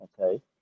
Okay